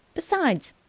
besides,